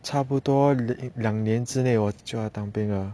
差不多两年之内我就要当兵 ah